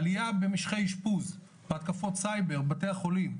עלייה במשכי אשפוז בהתקפות סייבר בתי החולים,